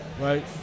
Right